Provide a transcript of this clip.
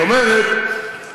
זאת אומרת,